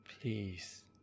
please